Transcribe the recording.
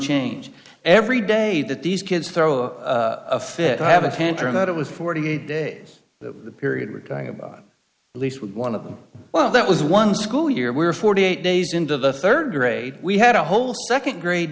change every day that these kids throw a fit and have a tantrum that it was forty eight days the period we're talking about least one of them well that was one school year where forty eight days into the third grade we had a whole second grade